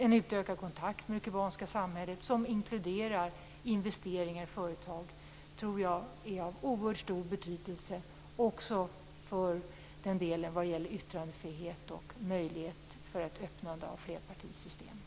En utökad kontakt med det kubanska samhället, vilken inkluderar investeringar i företag, tror jag är av oerhört stor betydelse också vad det gäller yttrandefrihet och möjlighet att öppna för flerpartisystem.